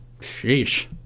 Sheesh